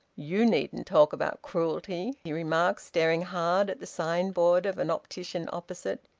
you needn't talk about cruelty! he remarked, staring hard at the signboard of an optician opposite.